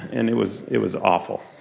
and it was it was awful.